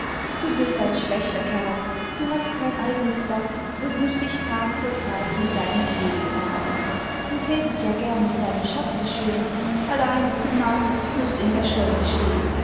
du bist ein schlechter kerl du hast kein eignes dach und mußt dich tag vor tag mit deinem flegel plagen du tätst ja gern mit deinem schatze schön allein du narr mußt in der scheune stehn